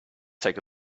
take